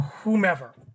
Whomever